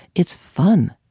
it's fun.